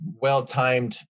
well-timed